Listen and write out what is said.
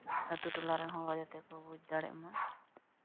ᱟᱛᱳ ᱴᱚᱞᱟ ᱨᱮᱱ ᱦᱚᱲ ᱡᱟᱛᱮ ᱠᱚ ᱵᱩᱡᱽ ᱫᱟᱲᱮᱭᱟᱜ ᱢᱟ